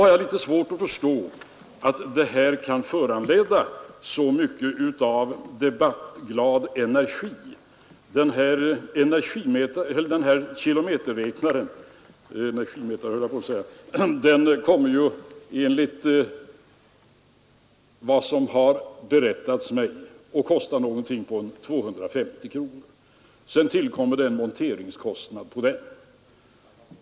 Jag har litet svårt att förstå att detta kan föranleda så mycken debattglad energi. Denna kilometerräknare kommer enligt vad som berättas mig att kosta någonting på 250 kronor. Sedan tillkommer en monteringskostnad.